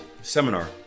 seminar